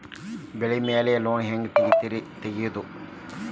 ಬೆಳಿ ಮ್ಯಾಲೆ ಲೋನ್ ಹ್ಯಾಂಗ್ ರಿ ತೆಗಿಯೋದ?